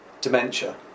Dementia